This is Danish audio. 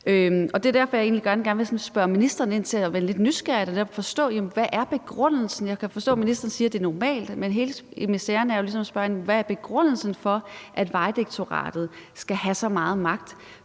Det er derfor, jeg egentlig gerne sådan vil spørge ministeren ind til og være lidt nysgerrig og netop forstå, hvad begrundelsen er. Jeg kan forstå, ministeren siger, at det er normalt, men jeg vil spørge ind til hele miseren i det, altså hvad er begrundelsen for, at Vejdirektoratet skal have så meget magt?